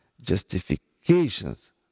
justifications